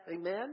Amen